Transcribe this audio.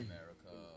America